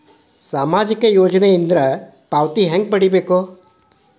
ಸಾಮಾಜಿಕ ಯೋಜನಿಯಿಂದ ಪಾವತಿ ಹೆಂಗ್ ಪಡಿಬೇಕು?